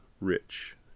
rich